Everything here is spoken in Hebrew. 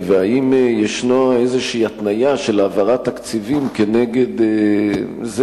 והאם יש איזו התניה של העברת תקציבים כנגד זה